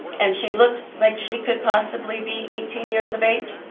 and she looked like she could possibly be eighteen years of age?